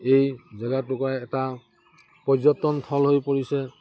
এই জেগা টুকুৰা এটা পৰ্যটনস্থল হৈ পৰিছে